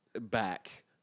back